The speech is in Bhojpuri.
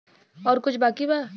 और कुछ बाकी बा?